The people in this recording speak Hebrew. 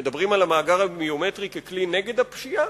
מדברים על המאגר הביומטרי ככלי נגד הפשיעה?